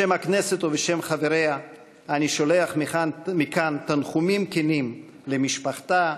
בשם הכנסת ובשם חבריה אני שולח מכאן תנחומים כנים למשפחתה,